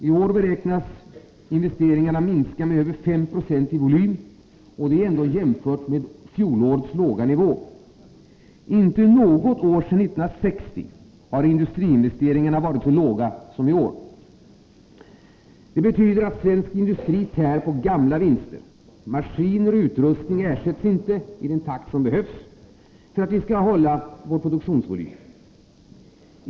I år beräknas industriinvesteringarna minska med över 5 90 i volym, och det jämfört med fjolårets låga nivå. Inte något år sedan 1960 har industriinvesteringarna varit så låga som i år. Det betyder att svensk industri tär på gamla vinster. Maskiner och utrustning ersätts inte i den takt som behövs för att vi skall upprätthålla vår produktionsvolym.